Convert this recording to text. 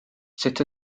sut